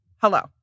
hello